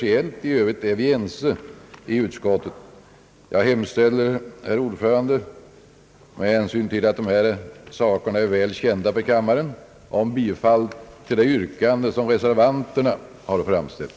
I övrigt är vi ense inom utskottet. Med hänsyn till att dessa frågor är väl kända av kammaren hemställer jag, herr talman, med denna korta motivering om bifall till det yrkande som reservanterna har framställt.